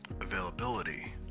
availability